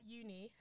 uni